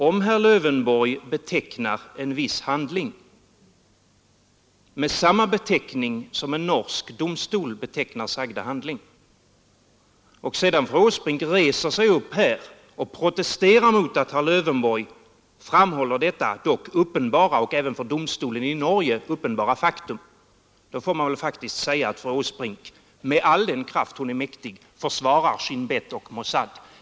Om herr Lövenborg betecknar en viss handling med samma beteckning som en norsk domstol använt om sagda handling och sedan fru Åsbrink reser sig upp här och protesterar mot att herr Lövenborg framhåller detta uppenbara och även för domstolen i Norge uppenbara faktum, då får man väl säga, att fru Åsbrink med all den kraft hon är mäktig försvarar Shin Beth och Mossad.